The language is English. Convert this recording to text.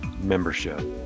membership